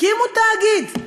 הקימו תאגיד.